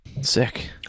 Sick